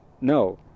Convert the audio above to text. no